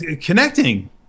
Connecting